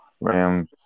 Rams